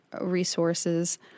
resources